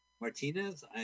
Martinez